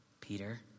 Peter